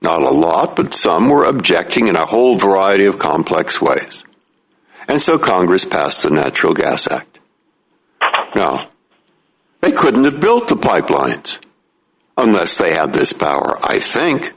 not a lot but some more objecting in a whole variety of complex ways and so congress passed the natural gas act they could not build the pipeline and unless they have this power i think